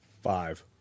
Five